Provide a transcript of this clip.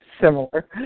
similar